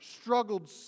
struggled